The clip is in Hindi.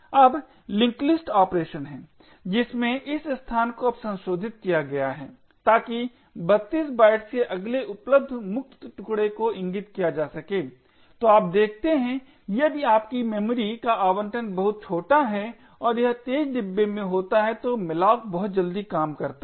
अब लिंक लिस्ट ऑपरेशन है जिसमें इस स्थान को अब संशोधित किया गया है ताकि 32 बाइट्स के अगले उपलब्ध मुक्त टुकडे को इंगित किया जा सके तो आप देखते हैं कि यदि आपकी मेमोरी का आवंटन बहुत छोटा है और यह तेज डिब्बे में होता है तो malloc बहुत जल्दी काम करता है